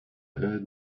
heard